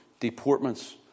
deportments